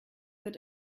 wird